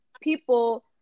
people